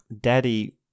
Daddy